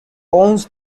owns